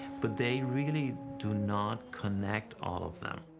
but they really do not connect um of them.